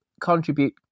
contribute